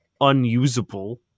unusable